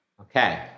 Okay